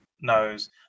knows